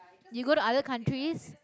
you go to other countries